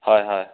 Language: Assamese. হয় হয়